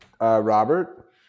Robert